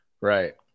Right